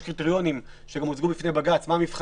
יש קריטריונים שהוצגו בפני בג"ץ המפרטים